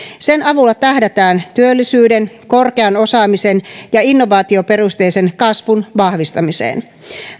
sen avulla tähdätään työllisyyden korkean osaamisen ja innovaatioperusteisen kasvun vahvistamiseen